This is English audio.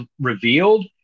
revealed